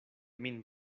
min